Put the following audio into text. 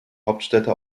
hauptstädte